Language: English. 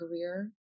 career